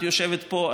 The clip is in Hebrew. את יושבת פה,